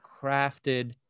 crafted